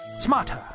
smarter